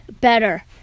better